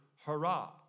hurrah